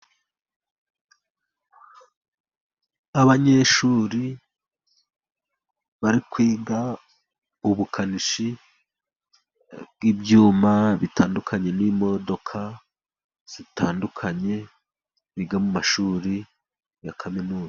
Abanyeshuri bari kwiga ubukanishi bw'ibyuma bitandukanye, n'imodoka zitandukanye, biga mu mashuri ya kaminuza.